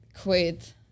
quit